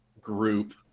group